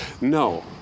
No